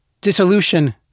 Dissolution